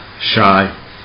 shy